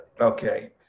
okay